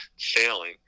failing